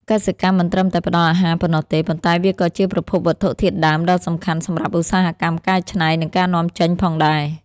កសិកម្មមិនត្រឹមតែផ្ដល់អាហារប៉ុណ្ណោះទេ ប៉ុន្តែវាក៏ជាប្រភពវត្ថុធាតុដើមដ៏សំខាន់សម្រាប់ឧស្សាហកម្មកែច្នៃ និងការនាំចេញផងដែរ។